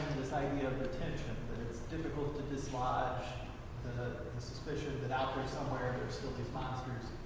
this idea of retention, that it's difficult to dislodge the suspicion that out there somewhere there are still these monsters.